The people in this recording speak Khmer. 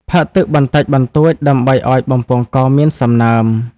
ផឹកទឹកបន្តិចបន្តួចដើម្បីឱ្យបំពង់កមានសំណើម។